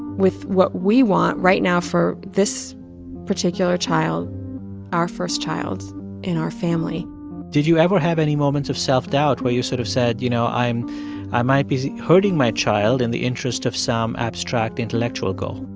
with what we want right now for this particular child our first child and our family did you ever have any moments of self-doubt where you sort of said, you know, i'm i might be hurting my child in the interest of some abstract intellectual goal?